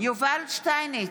יובל שטייניץ,